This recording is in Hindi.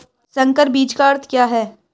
संकर बीज का अर्थ क्या है?